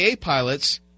pilots